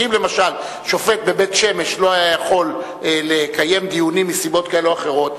כי אם למשל שופט בבית-שמש לא היה יכול לקיים דיונים מסיבות כאלה ואחרות,